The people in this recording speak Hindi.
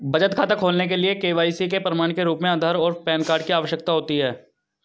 बचत खाता खोलने के लिए के.वाई.सी के प्रमाण के रूप में आधार और पैन कार्ड की आवश्यकता होती है